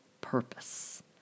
purpose